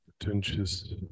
pretentious